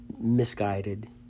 misguided